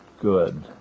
good